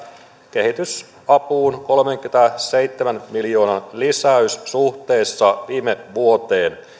kehitysapuun kolmenkymmenenseitsemän miljoonan lisäys suhteessa viime vuoteen